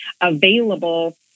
available